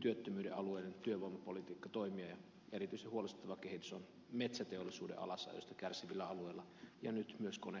työttömyyden alueiden työvoimapolitiikkatoimia ja erityisen huolestuttavaa kehitys on metsäteollisuuden alasajosta kärsivillä alueilla ja nyt myös kone